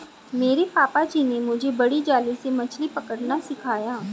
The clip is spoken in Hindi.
मेरे पापा जी ने मुझे बड़ी जाली से मछली पकड़ना सिखाया